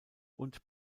und